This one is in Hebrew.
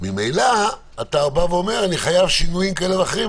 ממילא אתה אומר: אני חייב שינויים כאלה ואחרים,